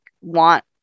want